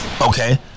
Okay